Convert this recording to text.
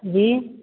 जी